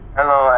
Hello